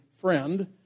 friend